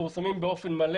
מלאה